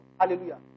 Hallelujah